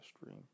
stream